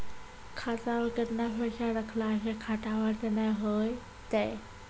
खाता मे केतना पैसा रखला से खाता बंद नैय होय तै?